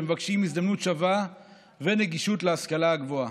שמבקשים הזדמנות שווה וגישה להשכלה הגבוהה.